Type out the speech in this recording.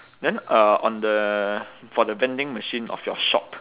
then uh on the for the vending machine of your shop